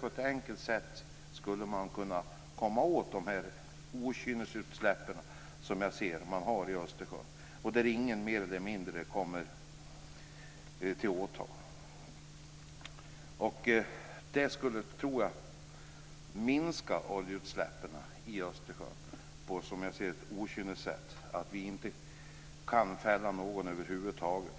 På ett enkelt sätt skulle man kunna komma åt okynnesutsläppen i Östersjön, där i princip ingen blir åtalad. Jag tror att det skulle minska oljeutsläppen i Östersjön. Vi kan i dag inte fälla någon över huvud taget